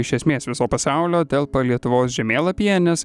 iš esmės viso pasaulio telpa lietuvos žemėlapyje nes